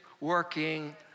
working